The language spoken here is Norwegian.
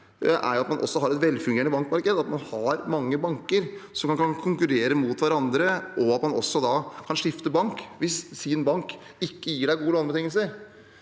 er at man også har et velfungerende bankmarked, at man har mange banker som kan konkurrere mot hverandre, og at du også kan skifte bank hvis din bank ikke gir deg gode lånebetingelser.